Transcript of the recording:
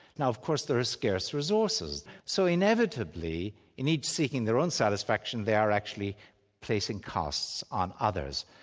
now of course there are scarce resources, so inevitably in each seeking their own satisfaction, they are actually placing costs on others.